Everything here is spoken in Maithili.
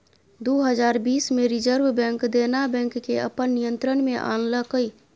दु हजार बीस मे रिजर्ब बैंक देना बैंक केँ अपन नियंत्रण मे आनलकै